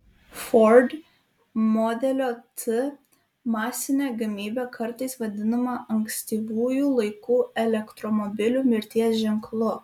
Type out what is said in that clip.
ford modelio t masinė gamyba kartais vadinama ankstyvųjų laikų elektromobilių mirties ženklu